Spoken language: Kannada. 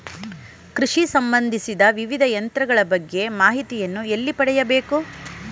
ಕೃಷಿ ಸಂಬಂದಿಸಿದ ವಿವಿಧ ಯಂತ್ರಗಳ ಬಗ್ಗೆ ಮಾಹಿತಿಯನ್ನು ಎಲ್ಲಿ ಪಡೆಯಬೇಕು?